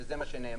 וזה מה שנאמר.